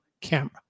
camera